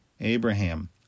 Abraham